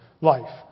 life